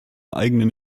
eigenen